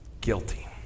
Guilty